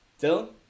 Dylan